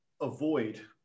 avoid